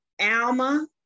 Alma